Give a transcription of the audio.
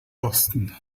boston